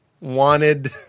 wanted